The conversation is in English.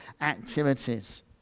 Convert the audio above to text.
activities